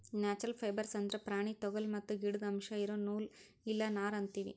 natural fibres ಅಂದ್ರ ಪ್ರಾಣಿ ತೊಗುಲ್ ಮತ್ತ್ ಗಿಡುದ್ ಅಂಶ್ ಇರೋ ನೂಲ್ ಇಲ್ಲ ನಾರ್ ಅಂತೀವಿ